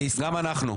גם אנחנו.